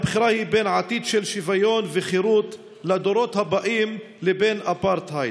הבחירה היא בין עתיד של שוויון וחירות לדורות הבאים לבין אפרטהייד.